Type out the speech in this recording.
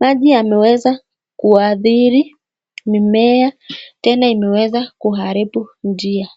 Maji yameweza kuadhiri mimea tena imeweza kuharibu njia.